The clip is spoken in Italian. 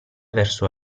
verso